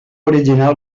original